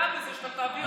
גם מזה שאתה תעביר וגם,